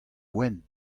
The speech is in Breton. wenn